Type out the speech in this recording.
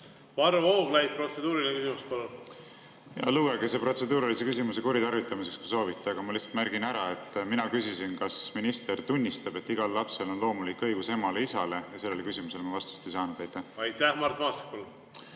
Varro Vooglaid, protseduuriline küsimus, palun! Lugege see protseduurilise küsimuse kuritarvitamiseks, kui soovite, aga ma lihtsalt märgin ära, et mina küsisin, kas minister tunnistab, et igal lapsel on loomulik õigus emale ja isale. Sellele küsimusele ma vastust ei saanud. Lugege see